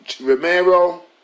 Romero